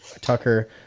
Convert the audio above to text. Tucker